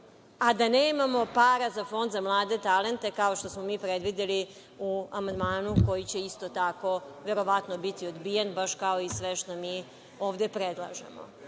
a da nemamo para za Fond za mlade talente, kao što smo mi predvideli u amandmanu koji će isto tako verovatno biti odbijen, baš kao i sve što mi ovde predlažemo? Nemojte